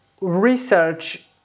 research